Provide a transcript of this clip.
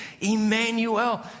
Emmanuel